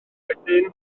wedyn